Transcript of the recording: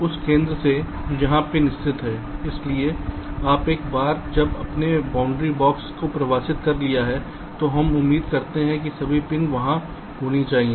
तो उस केंद्र से जहां पिन स्थित हैं इसलिए आपएक बार जब हमने बाउंडिंग बॉक्स को परिभाषित कर लिया है तो हम उम्मीद करते हैं कि सभी पिन वहां होनी चाहिए